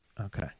Okay